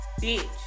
bitch